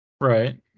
Right